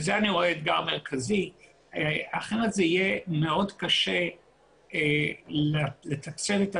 בזה אני רואה אתגר מרכזי כי אחרת זה יהיה מאוד קשה לתכלל את